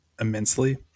immensely